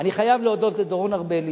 חייב להודות לדורון ארבלי,